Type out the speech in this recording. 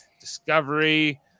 Discovery